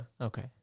Okay